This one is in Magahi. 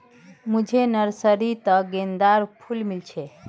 मुझे नर्सरी त गेंदार फूल मिल छे